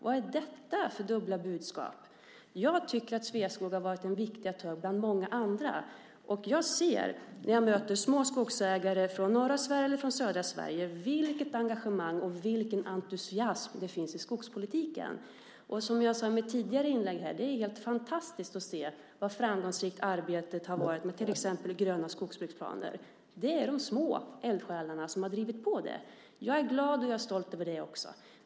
Vad är detta för dubbla budskap? Jag tycker att Sveaskog har varit en viktig aktör bland många andra. När jag möter små skogsägare från norra Sverige eller från södra Sverige ser jag vilket engagemang och vilken entusiasm det finns i skogspolitiken. Som jag sade i mitt tidigare inlägg här är det helt fantastiskt att se hur framgångsrikt arbetet har varit med till exempel gröna skogsbruksplaner. Det är de små eldsjälarna som har drivit på det. Jag är glad och stolt över det också.